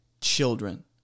children